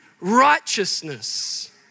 righteousness